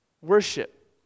worship